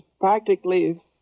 practically